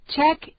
Check